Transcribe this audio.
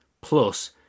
plus